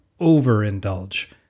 overindulge